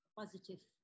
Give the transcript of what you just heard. positive